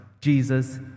Jesus